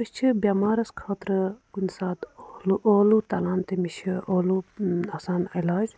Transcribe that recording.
أسی چھِ بٮ۪مارس خٲطرٕ کُنہِ ساتہٕ اولوٗ اولوٗ تَلان تٔمِس چھِ اولوٗ آسان عَلاج